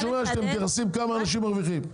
לחדד: זה לא כמה הם מרוויחים,